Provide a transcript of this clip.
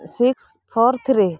six four three